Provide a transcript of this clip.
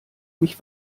mich